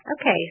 Okay